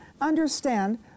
Understand